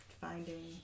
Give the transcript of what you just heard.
finding